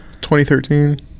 2013